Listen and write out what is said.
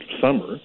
summer